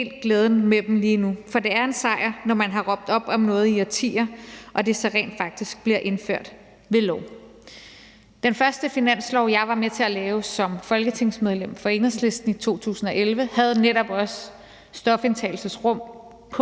glæden med dem lige nu. For det er en sejr, når man har råbt op om noget i årtier og det så rent faktisk bliver indført ved lov. Den første finanslov, jeg var med til at lave som folketingsmedlem for Enhedslisten i 2011, havde netop også stofindtagelsesrum på.